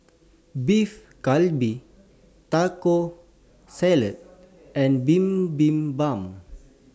Beef Galbi Taco Salad and Bibimbap